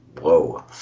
Whoa